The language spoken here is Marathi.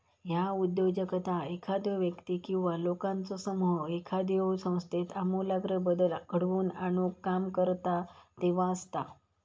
ह्या उद्योजकता एखादो व्यक्ती किंवा लोकांचो समूह एखाद्यो संस्थेत आमूलाग्र बदल घडवून आणुक काम करता तेव्हा असता